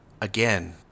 again